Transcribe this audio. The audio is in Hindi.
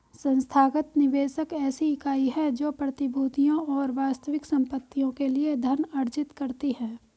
संस्थागत निवेशक ऐसी इकाई है जो प्रतिभूतियों और वास्तविक संपत्तियों के लिए धन अर्जित करती है